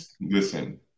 listen